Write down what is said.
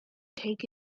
take